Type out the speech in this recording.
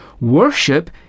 Worship